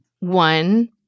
one